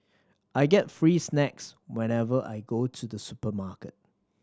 I get free snacks whenever I go to the supermarket